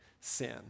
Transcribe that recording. sin